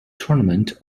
tournament